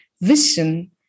vision